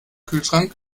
kühlschrank